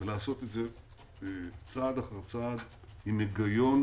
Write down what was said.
ולעשות את זה צעד אחר צעד עם היגיון